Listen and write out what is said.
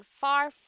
far